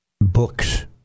books